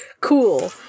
cool